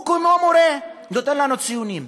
הוא כמו מורה, נותן לנו ציונים: